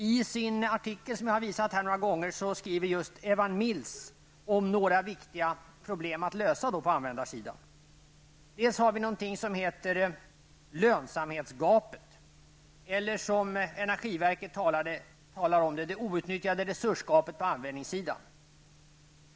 I sin artikel, som jag har visat här några gånger, skriver Evan Mills om några viktiga problem att lösa på användarsidan. Det gäller någonting som heter lönsamhetsgapet eller som energiverket talar om det: Det outnyttjade resursgapet på användarsidan.